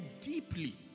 deeply